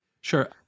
Sure